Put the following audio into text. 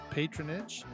patronage